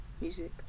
music